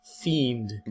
fiend